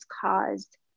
caused